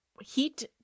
heat